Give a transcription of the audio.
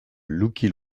lucky